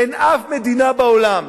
אין אף מדינה בעולם,